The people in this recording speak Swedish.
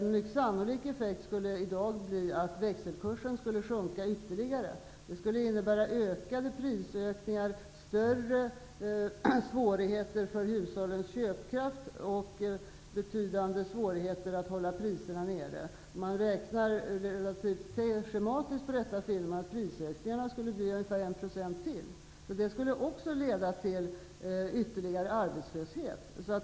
En mycket sannolik effekt skulle bli att växelkursen skulle sjunka ytterligare. Det skulle innebära större prisökningar, större svårigheter för hushållens köpkraft och betydande svårigheter att hålla priserna nere. När man räknar schematiskt på detta finner man att prisökningen skulle bli ytterligare en procent. Det skulle också leda till ytterligare arbetslöshet.